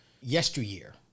yesteryear